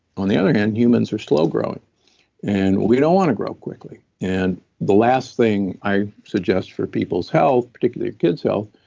on the other hand, humans are slow growing and we don't want to grow quickly. and the last thing i suggest for people's health, particularly your kid's health,